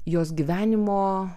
jos gyvenimo